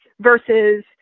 versus